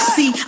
See